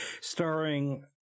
starring